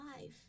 life